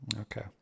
Okay